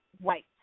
white